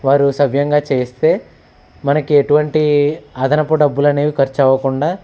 వారు సవ్యంగా చేస్తే మనకి ఎటువంటి అదనపు డబ్బులు అనేవి ఖర్చవ్వకుండా